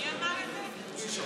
מי אמר את זה?